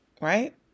Right